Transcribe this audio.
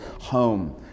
home